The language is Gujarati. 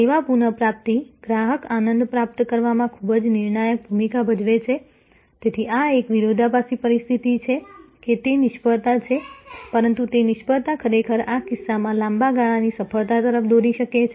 સેવા પુનઃપ્રાપ્તિ ગ્રાહક આનંદ પ્રાપ્ત કરવામાં ખૂબ જ નિર્ણાયક ભૂમિકા ભજવે છે તેથી આ એક વિરોધાભાસી પરિસ્થિતિ છે કે તે નિષ્ફળતા છે પરંતુ તે નિષ્ફળતા ખરેખર આ કિસ્સામાં લાંબા ગાળાની સફળતા તરફ દોરી શકે છે